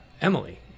Emily